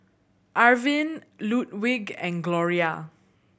Arvin Ludwig and Gloria